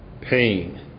pain